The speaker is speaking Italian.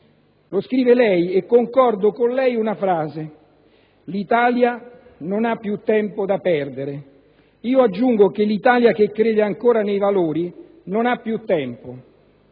Lo scrive lei e concordo con lei su una frase: «L'Italia non ha più tempo da perdere». Io aggiungo che l'Italia che crede ancora nei valori non ha più tempo.